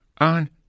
on